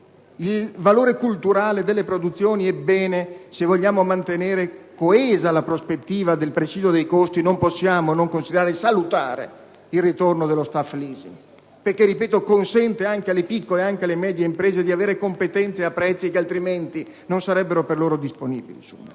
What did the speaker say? il valore culturale delle produzioni, come non dire che, se vogliamo mantenere coesa la prospettiva del presidio dei costi, non possiamo non considerare salutare il ritorno dello *staff leasing*? Esso consente, infatti, anche alle piccole e medie imprese - lo ripeto - di avere competenze a prezzi che altrimenti non sarebbero per loro disponibili.